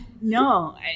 No